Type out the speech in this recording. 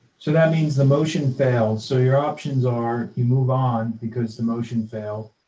so that means the motion fails. so your options are you move on because the motion failed,